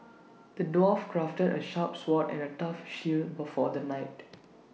the dwarf crafted A sharp sword and A tough shield but for the knight